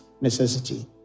necessity